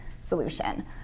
solution